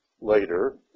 later